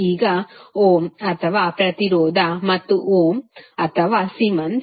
ಈಗಓಮ್ ಅಥವಾ ಪ್ರತಿರೋಧ ಮತ್ತು ಓಮ್ ಅಥವಾ ಸೀಮೆನ್ಸ್Siemens